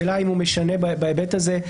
השאלה אם הוא משנה בהיבט הזה,